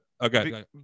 Okay